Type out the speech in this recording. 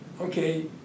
okay